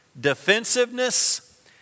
defensiveness